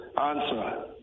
answer